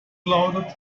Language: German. lautet